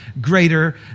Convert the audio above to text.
greater